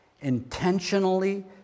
intentionally